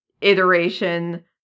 iteration